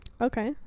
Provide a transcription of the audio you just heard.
okay